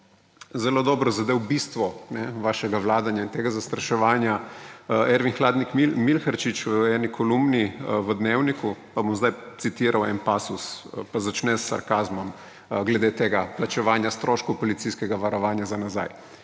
zelo dobro zadel bistvo vašega vladanja in tega zastraševanja Ervin Hladnik Milharčič v eni kolumni v Dnevniku. Pa bom zdaj citiral en pasus, začne s sarkazmom glede tega plačevanja stroškov policijskega varovanja za nazaj.